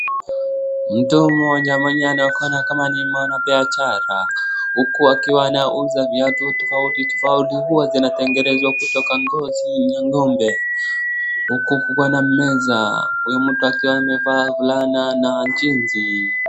Mtu mmoja mwenye anaonekana kama ni mwanabiashara huku akiwa anauza viatu tofauti tofauti huwa zinatengenezwa kutoka ngozi ya ng'ombe. Huku kukiwa na meza, huyo mtu akiwa amevaa fulana na jinsi.